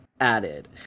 added